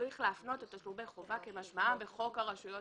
צריך להגדיר את תשלומי החובה כמשמעם בחוק הרשויות